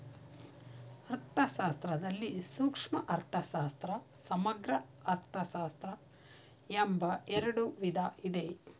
ಅರ್ಥಶಾಸ್ತ್ರದಲ್ಲಿ ಸೂಕ್ಷ್ಮ ಅರ್ಥಶಾಸ್ತ್ರ, ಸಮಗ್ರ ಅರ್ಥಶಾಸ್ತ್ರ ಎಂಬ ಎರಡು ವಿಧ ಇದೆ